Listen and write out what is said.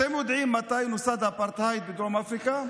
אתם יודעים מתי נוסד האפרטהייד בדרום אפריקה?